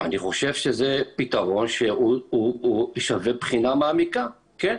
אני חושב שזה פתרון שהוא שווה בחינה מעמיקה, כן.